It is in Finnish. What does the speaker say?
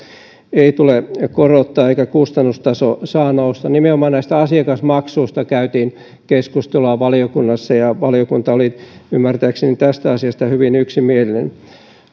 ei tule korottaa eikä kustannustaso saa nousta nimenomaan näistä asiakasmaksuista käytiin keskustelua valiokunnassa ja valiokunta oli ymmärtääkseni tästä asiasta hyvin yksimielinen haluan